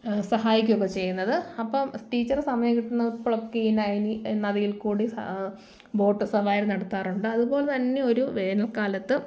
സഹായിക്കുകായൊക്കെ ചെയ്യുന്നത് അപ്പം ടീച്ചർ സമയം കിട്ടുമ്പോഴൊക്കെ ഈ നൈനി നദിയിൽ കൂടി ബോട്ട് സവാരി നടത്താറുണ്ട് അതുപോലെ തന്നെയൊരു വേനൽകാലത്ത്